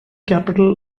capital